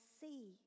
see